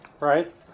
Right